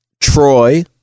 Troy